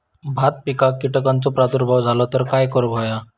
भात पिकांक कीटकांचो प्रादुर्भाव झालो तर काय करूक होया?